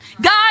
God